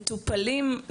מטופלים,